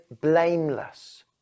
blameless